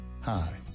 Hi